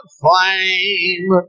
flame